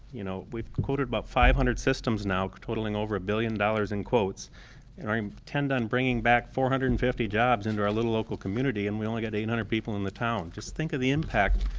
you know, we've quoted about five hundred systems now totaling over a billion dollars in quotes and are um intent on bringing back four hundred and fifty jobs into our little local community and we've only got eight hundred people in the town. just think of the impact